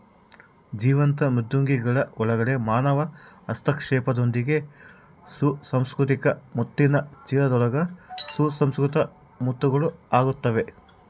ಜೀವಂತ ಮೃದ್ವಂಗಿಗಳ ಒಳಗಡೆ ಮಾನವ ಹಸ್ತಕ್ಷೇಪದೊಂದಿಗೆ ಸುಸಂಸ್ಕೃತ ಮುತ್ತಿನ ಚೀಲದೊಳಗೆ ಸುಸಂಸ್ಕೃತ ಮುತ್ತುಗಳು ಆಗುತ್ತವೆ